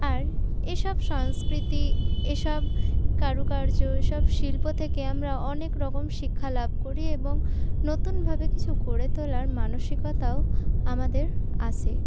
আর এসব সংস্কৃতি এসব কারুকার্য এসব শিল্প থেকে আমরা অনেক রকম শিক্ষা লাভ করি এবং নতুন ভাবে কিছু গড়ে তোলার মানসিকতাও আমাদের আসে